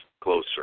closer